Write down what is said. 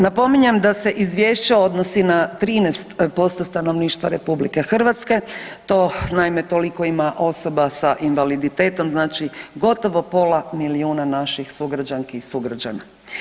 Napominjem da se izvješće odnosi na 13% stanovništva RH, to naime toliko ima osoba sa invaliditetom, znači gotovo pola milijuna naših sugrađanki i sugrađana.